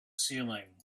ceiling